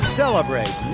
celebrate